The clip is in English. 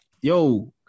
Yo